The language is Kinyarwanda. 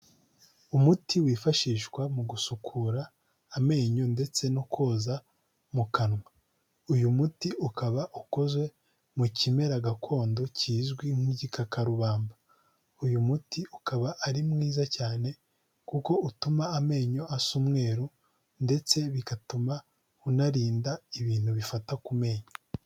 Umuti wifashishwa mu gusukura amenyo ndetse no koza mu kanwa. Uyu muti ukaba ukoze mu kimera gakondo kizwi nk'igikakarubanmba. Uyu muti ukaba ari mwiza cyane kuko utuma amenyo asa umweru ndetse bigatuma unarinda ibintu bifata ku menyo.